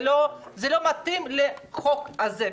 זה לא מתאים לחוק הזה.